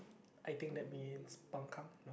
I think that means